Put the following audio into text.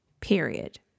period